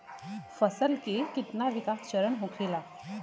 फसल के कितना विकास चरण होखेला?